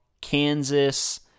Kansas